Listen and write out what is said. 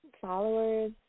followers